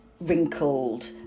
wrinkled